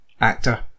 actor